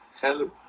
Hello